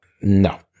No